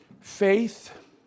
Faith